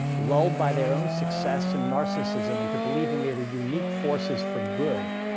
lulled by their own success and narcissism into believing they were unique forces for good,